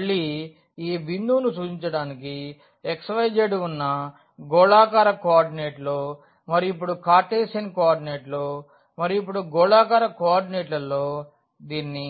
మళ్ళీ ఈ బిందువును సూచించడానికి xyz ఉన్న గోళాకార కోఆర్డినేట్లో మరియు ఇప్పుడు కార్టెసియన్ కోఆర్డినేట్లో మరియు ఇప్పుడు గోళాకార కోఆర్డినేట్లలో దీనిని